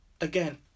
again